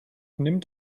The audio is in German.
nimmt